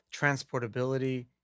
transportability